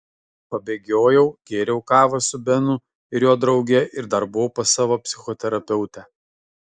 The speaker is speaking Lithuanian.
pabėgiojau gėriau kavą su benu ir jo drauge ir dar buvau pas savo psichoterapeutę